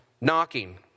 knocking